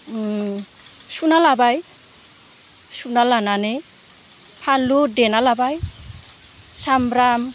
सुना लाबाय सुना लानानै फानलु देना लाबाय सामब्राम